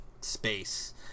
space